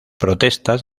protestas